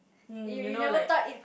mm you know like